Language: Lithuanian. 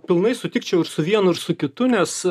pilnai sutikčiau ir su vienu ir su kitu nes